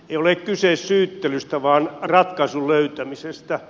ei ole kyse syyttelystä vaan ratkaisun löytämisestä